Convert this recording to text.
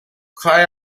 cry